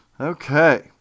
Okay